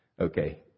Okay